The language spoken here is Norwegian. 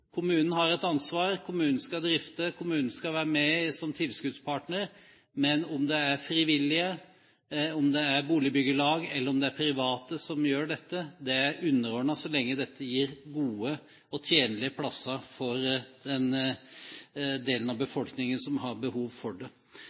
Kommunen har et ansvar. Kommunen skal drifte og være med som tilskuddspartner. Men om det er frivillige, boligbyggelag eller private som gjør dette, er underordnet så lenge dette gir gode og tjenlige plasser for den delen av befolkningen som har behov for det.